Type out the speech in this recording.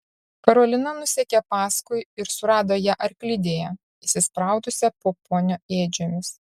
karolina nusekė paskui ir surado ją arklidėje įsispraudusią po ponio ėdžiomis